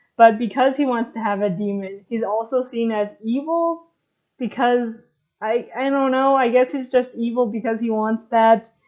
but because he wants to have a daemon he's also seen as evil because i i don't know. i guess he's just evil because he wants that.